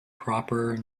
proper